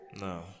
No